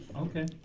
Okay